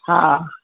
हा